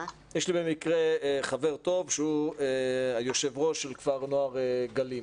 יש לי במקרה חבר טוב שהוא היושב-ראש של כפר הנוער גלים.